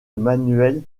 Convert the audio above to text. manuel